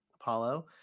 Apollo